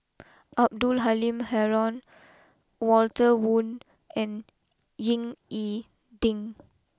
Abdul Halim Haron Walter Woon and Ying E Ding